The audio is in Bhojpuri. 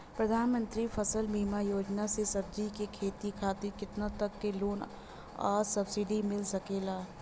प्रधानमंत्री फसल बीमा योजना से सब्जी के खेती खातिर केतना तक के लोन आ सब्सिडी मिल सकेला?